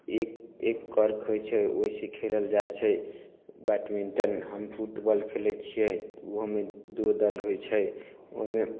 एक एक कॉर्क होइ छै ओहिसऽ खेलल जाइ छै बैटमिंटन हम फुटबॉल खेलै छियै ओहोमे दो दल होइ छै ओहोमे